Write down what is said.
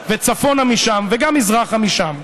וצפונה משם, וגם מזרחה משם.